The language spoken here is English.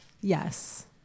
yes